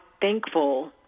thankful